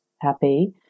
happy